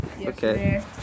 Okay